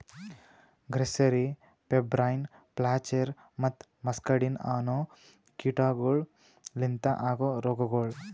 grasserie, pebrine, flacherie ಮತ್ತ muscardine ಅನೋ ಕೀಟಗೊಳ್ ಲಿಂತ ಆಗೋ ರೋಗಗೊಳ್